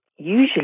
Usually